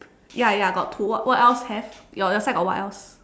ya ya got two what what else have your your side got what else